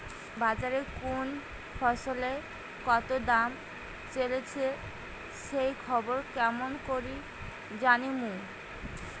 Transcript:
বাজারে কুন ফসলের কতো দাম চলেসে সেই খবর কেমন করি জানীমু?